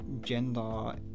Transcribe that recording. Gender